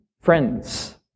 friends